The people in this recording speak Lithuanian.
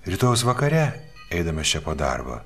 rytojaus vakare eidamas čia po darbo